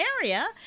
area